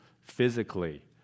physically